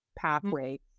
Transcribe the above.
pathway